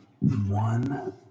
one